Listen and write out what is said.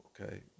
okay